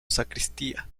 sacristía